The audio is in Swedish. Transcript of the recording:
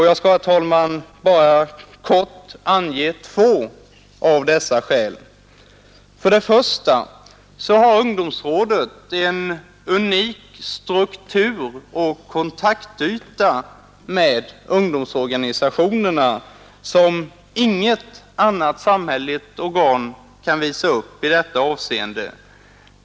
Jag skall, herr talman, bara kort ange två av dessa skäl. För det första har ungdomsrådet en unik struktur och kontaktyta med ungdomsorganisationerna som inget annat samhälleligt organ kan visa upp i detta avseende.